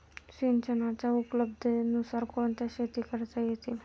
सिंचनाच्या उपलब्धतेनुसार कोणत्या शेती करता येतील?